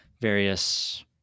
Various